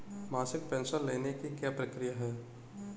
मासिक पेंशन लेने की क्या प्रक्रिया है?